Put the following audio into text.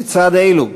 לצד אלו,